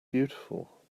beautiful